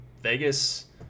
Vegas